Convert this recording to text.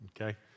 Okay